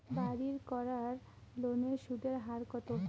বাড়ির করার লোনের সুদের হার কত?